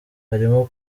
harimo